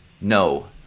no